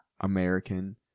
American